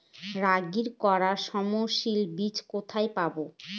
রাগির খরা সহনশীল বীজ কোথায় পাবো?